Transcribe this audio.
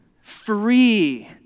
free